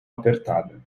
apertada